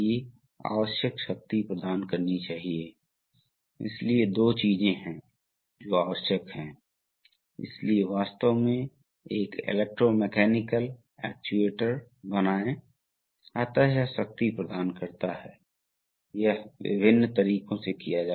तो आवश्यक शक्ति पंप द्वारा टैंक द्वारा बहुत कम है इसलिए रिट्रेक्शन चक्र के अंत में जबकि यह इंतजार कर रहा है कि यह पंप अनावश्यक रूप से बिजली खर्च नहीं करता है इसलिए यह स्वचालित रूप से सर्किट को इस तरह से बना देता है